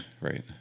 Right